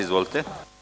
Izvolite.